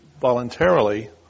voluntarily